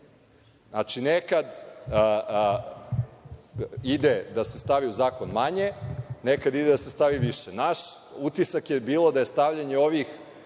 Znači, nekad ide da se stavi u zakon manje, nekad ide da se stavi više. Naš utisak je bio da je stavljanje ovih